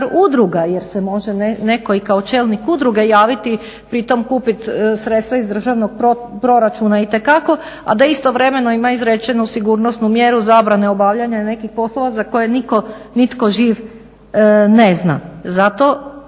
udruga jer se može netko i kao čelnik udruge javiti i pri tome kupiti sredstva iz državnog proračuna itekako, a da istovremeno ima izrečenu sigurnosnu mjeru zabrane obavljanja nekih poslova za koje nitko živ ne zna. Zato